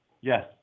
Yes